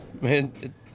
man